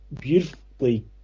beautifully